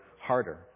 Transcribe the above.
harder